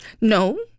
No